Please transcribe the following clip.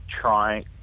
trying